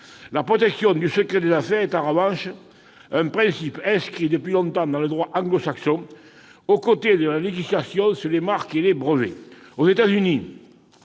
La protection du secret des affaires est en revanche un principe inscrit depuis longtemps dans le droit anglo-saxon, aux côtés de la législation sur les marques et les brevets. Aux États-Unis,